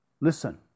Listen